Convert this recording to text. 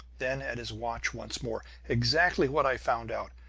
then at his watch once more. exactly what i found out,